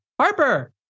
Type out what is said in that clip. Harper